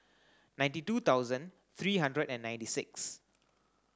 ninety two thousand three hundred and ninety six